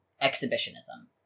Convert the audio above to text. exhibitionism